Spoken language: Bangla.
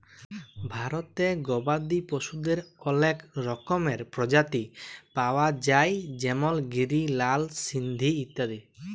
ভারতে গবাদি পশুদের অলেক রকমের প্রজাতি পায়া যায় যেমল গিরি, লাল সিন্ধি ইত্যাদি